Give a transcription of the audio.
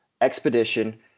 expedition